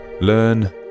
learn